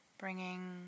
Bringing